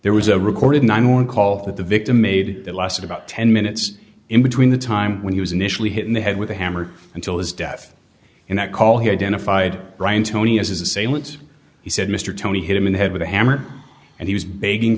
there was a recorded ninety one call that the victim made that lasted about ten minutes in between the time when he was initially hit in the head with a hammer until his death in that call he identified brian tony as his assailant he said mr tony hit him in the head with a hammer and he was begging